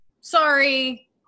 sorry